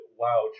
wow